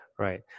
Right